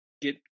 get